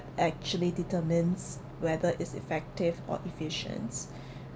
actually determines whether it's effective or efficient